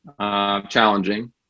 challenging